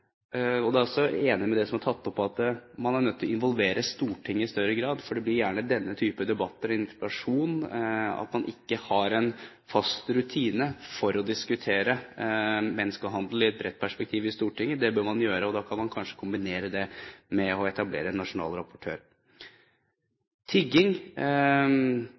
er også enig i det som er tatt opp om at man er nødt til å involvere Stortinget i større grad, for det blir gjerne denne typen debatter – en interpellasjon. Man har ikke en fast rutine for å diskutere menneskehandel i et bredt perspektiv i Stortinget. Det bør man gjøre, og da kan man kanskje kombinere det med å etablere en nasjonal rapportør. Når det gjelder tigging,